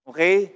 Okay